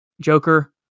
Joker